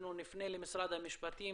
אנחנו נפנה למשרד המשפטים